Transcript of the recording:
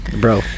Bro